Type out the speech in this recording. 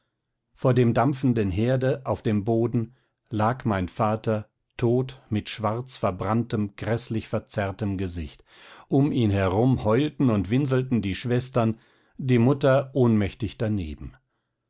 vor dem dampfenden herde auf dem boden lag mein vater tot mit schwarz verbranntem gräßlich verzerrtem gesicht um ihn herum heulten und winselten die schwestern die mutter ohnmächtig daneben